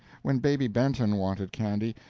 when baby benton wanted candy,